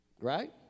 Right